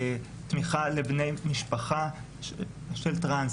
תמיכה לבני משפחה של טרנס